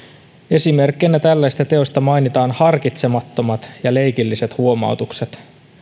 esimerkkeinä tällaisista teoista mainitaan harkitsemattomat ja leikilliset huomautukset